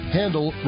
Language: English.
handle